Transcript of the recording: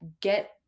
get